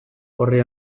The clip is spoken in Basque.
orri